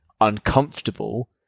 uncomfortable